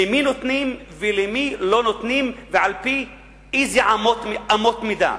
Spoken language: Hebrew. למי נותנים ולמי לא נותנים ועל-פי איזה אמות מידה.